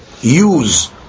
use